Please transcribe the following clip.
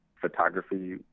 photography